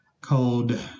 called